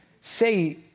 say